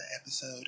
episode